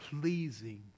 pleasing